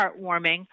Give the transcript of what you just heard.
heartwarming